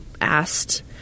asked